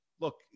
look